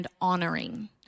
honoring